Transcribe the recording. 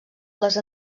les